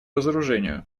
разоружению